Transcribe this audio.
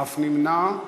אף נמנע.